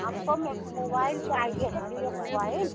हमको मोबाइल चाहिए Vivo mobile